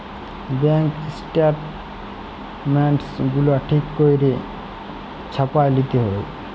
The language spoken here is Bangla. ব্যাংক ইস্ট্যাটমেল্টস গুলা ঠিক ক্যইরে ছাপাঁয় লিতে হ্যয়